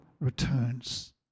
returns